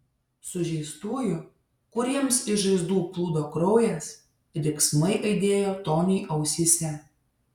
sužeistųjų kuriems iš žaizdų plūdo kraujas riksmai aidėjo toniui ausyse